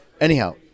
Anyhow